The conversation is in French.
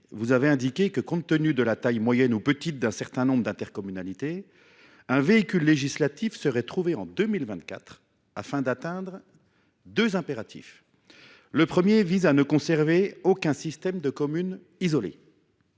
vous avez indiqué que, compte tenu de la taille moyenne ou petite d’un certain nombre d’intercommunalités, un véhicule législatif serait trouvé en 2024 afin de satisfaire à deux impératifs. Le premier est de ne conserver aucun système de communes isolées.